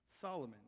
Solomon